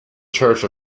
church